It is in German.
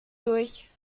durch